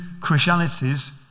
Christianities